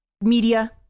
media